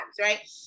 right